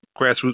grassroots